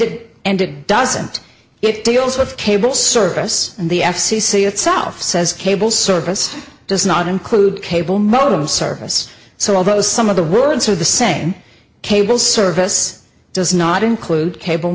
it and it doesn't it deals with cable service and the f c c itself says cable service does not include cable modem service so although some of the words are the same cable service does not include cable